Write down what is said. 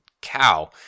cow